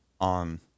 on